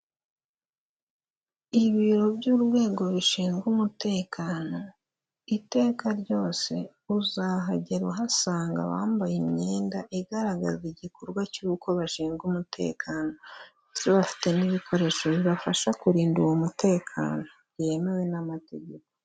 Ibiro by'urwego rushinzwe umutekano, iteka ryose uzahagera uhasanga abambaye imyenda igaragaza igikorwa cy'uko bashinzwe umutekano, bafite n'ibikoresho bibafasha kurinda uwo mutekano byemewe n'amategeko.